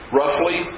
roughly